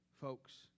folks